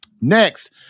Next